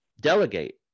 delegate